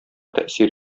тәэсир